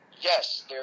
Yes